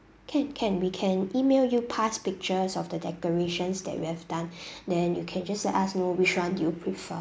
can can we can email you past pictures of the decorations that we've done then you can just let us know which one do you prefer